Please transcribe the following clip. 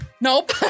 Nope